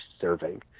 serving